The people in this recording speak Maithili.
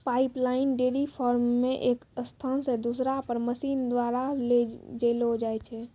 पाइपलाइन डेयरी फार्म मे एक स्थान से दुसरा पर मशीन द्वारा ले जैलो जाय छै